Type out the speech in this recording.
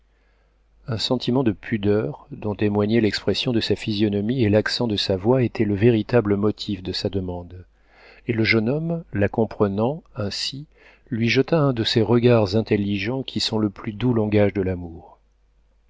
un sentiment de pudeur dont témoignaient l'expression de sa physionomie et l'accent de sa voix était le véritable motif de sa demande et le jeune homme la comprenant ainsi lui jeta un de ces regards intelligents qui sont le plus doux langage de l'amour